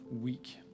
week